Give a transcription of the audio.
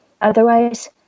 Otherwise